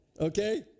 okay